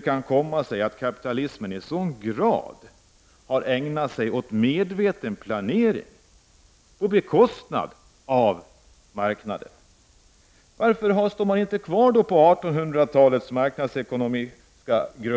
kan det då komma sig att kapitalismen i sådan grad har ägnat sig åt medveten planering på marknadens bekostnad? Varför har vi inte kvar 1800-talets marknadsekonomi?